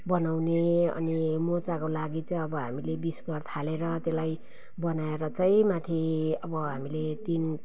बनाउने अनि मोजाको लागि चाहिँ अब हामीले बिस घर थालेर त्यसलाई बनाएर चाहिँ माथि अब हामीले तिन